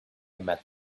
met